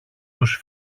τους